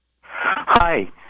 Hi